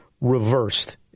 reversed